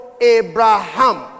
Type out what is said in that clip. Abraham